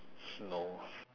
no